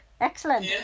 Excellent